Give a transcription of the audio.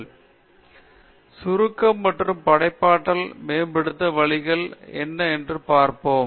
பின்னர் சுருக்கம் மற்றும் படைப்பாற்றல் மேம்படுத்த வழிகள் என்ன என்று பார்ப்போம்